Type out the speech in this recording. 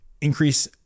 increase